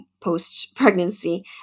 post-pregnancy